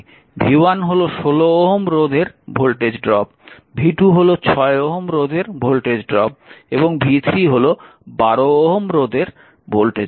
v1 হল 16 Ω রোধের voltage drop v2 হল 6 Ω রোধের ভোল্টেজ ড্রপ এবং v3 হল 12 Ω রোধের ভোল্টেজ ড্রপ